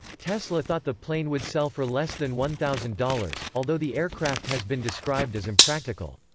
tesla thought the plane would sell for less than one thousand dollars, although the aircraft has been described as impractical.